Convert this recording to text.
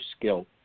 skill